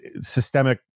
systemic